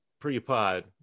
pre-pod